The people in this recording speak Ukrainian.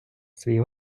свій